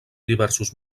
diversos